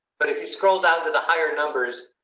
but if you scroll down to the higher numbers.